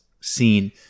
seen